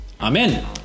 Amen